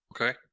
Okay